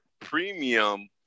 premium